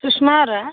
ಸುಶ್ಮಾ ಅವರಾ